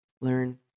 learn